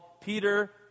Peter